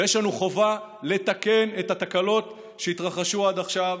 ויש לנו חובה לתקן את התקלות שהתרחשו עד עכשיו,